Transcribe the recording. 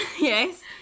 Yes